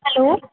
hello